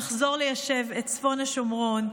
נחזור ליישב את צפון השומרון,